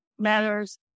matters